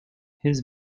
his